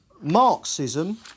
Marxism